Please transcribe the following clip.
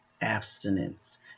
abstinence